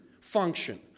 function